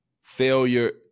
failure